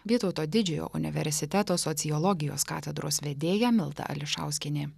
vytauto didžiojo universiteto sociologijos katedros vedėja milda ališauskienė